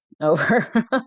over